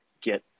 get